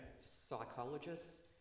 psychologists